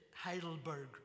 Heidelberg